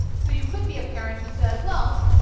so you could be a parent who says well,